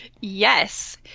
Yes